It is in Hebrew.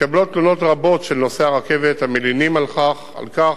מתקבלות תלונות רבות של נוסעי הרכבת המלינים על כך